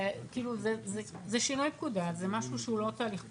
זה שינוי פקודה, זה לא תהליך פשוט.